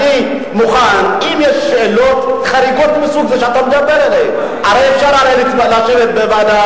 הצעת חוק ייצוג הולם לנשים בוועדת